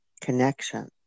connection